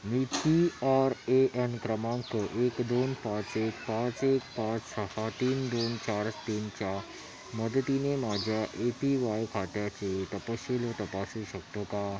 me P R A N क्रमांक एक दोन पाच एक पाच एक पाच सहा तीन दोन चार तीनच्या मदतीने माझ्या ए पी वाय खात्याचे तपशिल तपासू शकतो का